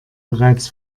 bereits